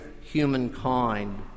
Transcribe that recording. humankind